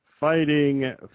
Fighting